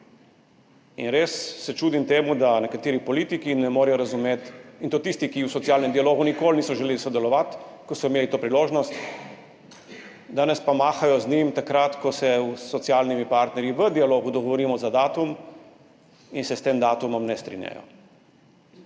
Res se čudim temu, da nekateri politiki ne morejo razumeti, in to tisti, ki v socialnem dialogu nikoli niso želeli sodelovati, ko so imeli to priložnost, danes pa mahajo z njim takrat, ko se s socialnimi partnerji v dialogu dogovorimo za datum, in se s tem datumom ne strinjajo.